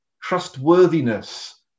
trustworthiness